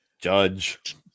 Judge